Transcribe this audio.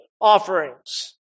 offerings